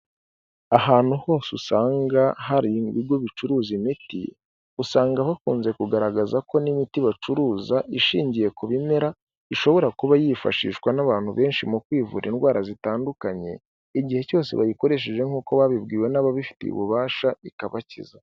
Ahantu hose usanga hari ibigo bicuruza imiti, usanga bakunze kugaragaza ko n'imiti bacuruza ishingiye ku bimera ishobora kuba yifashishwa n'abantu benshi mu kwivura indwara zitandukanye, igihe cyose bayikoresheje nk'uko babibwiwe n'ababifitiye ububasha ikabakiza.